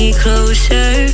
closer